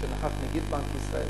כשנכחו נגיד בנק ישראל,